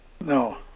No